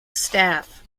staff